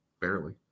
Barely